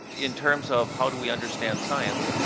in terms of how do we understand science,